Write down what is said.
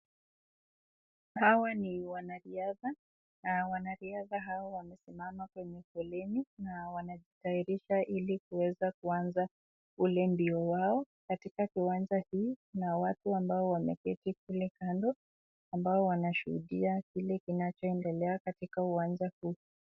Hawa ni wanariadha na wanariadha hao wamesimama kwenye foleni na wanajitayarisha ili kuweza kuanza ule mbio wao katika kiwanja hii kuna watu ambao wameketi kule kando ambao wanashuhudia kile kinachoendelea katika uwanja huu.